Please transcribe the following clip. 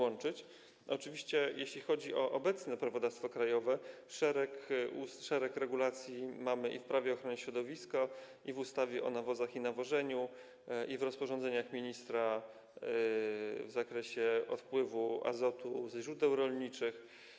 Oczywiście jeśli chodzi o obecne prawodawstwo krajowe, mamy szereg regulacji i w Prawie ochrony środowiska, i w ustawie o nawozach i nawożeniu, i w rozporządzeniach ministra w zakresie odpływu azotu ze źródeł rolniczych.